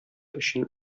өчен